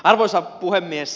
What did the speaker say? arvoisa puhemies